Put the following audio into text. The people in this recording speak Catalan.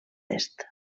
est